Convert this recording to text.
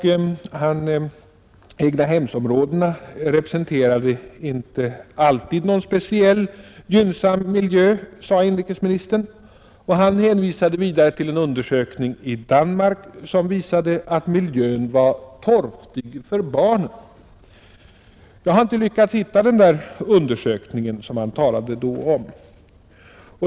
Egnahemsområdena representerade inte alltid någon speciellt gynnsam miljö, sade inrikesministern. Han hänvisade också till en undersökning i Danmark, som visade att miljön var torftig för barnen. Jag har inte lyckats hitta den undersökning som han då talade om.